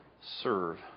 serve